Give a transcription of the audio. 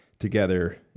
together